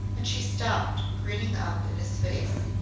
and she stopped, grinning up in his face.